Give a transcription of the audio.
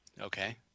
Okay